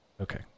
Okay